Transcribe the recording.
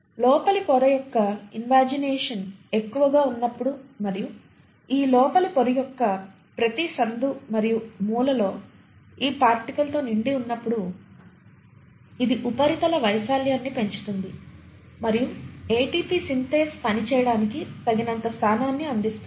లోపలి పొర యొక్క ఇన్వాజినేషన్ ఎక్కువగా ఉన్నప్పుడు మరియు ఈ లోపలి పొర యొక్క ప్రతి సందు మరియు మూలలో ఈ పార్టికల్ తో నిండినప్పుడు ఇది ఉపరితల వైశాల్యాన్ని పెంచుతుంది మరియు ఏటీపీ సింథేస్ పని చేయడానికి తగినంత స్థానాన్ని అందిస్తుంది